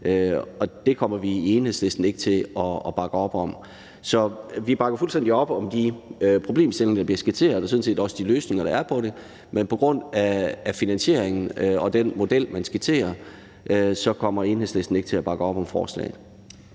Det kommer vi i Enhedslisten ikke til at bakke op om. Så vi bakker fuldstændig op om, at der er de problemstillinger, der bliver skitseret, og sådan set også de løsninger, der er på dem, men på grund af finansieringen og den model, man skitserer, kommer Enhedslisten ikke til at bakke op om forslaget.